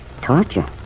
Torture